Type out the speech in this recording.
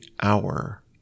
hour